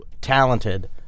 talented